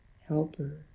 helper